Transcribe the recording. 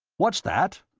what's that?